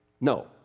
No